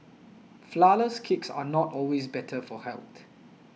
Flourless Cakes are not always better for health